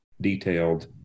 detailed